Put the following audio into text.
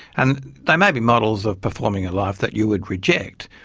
and they may be models of performing a life that you would reject,